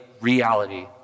reality